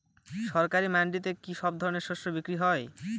সরকারি মান্ডিতে কি সব ধরনের শস্য বিক্রি হয়?